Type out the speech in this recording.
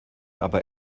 aber